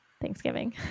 Thanksgiving